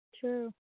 true